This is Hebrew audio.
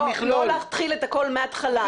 לא אתחיל הכול מההתחלה.